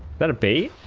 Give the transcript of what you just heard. but a base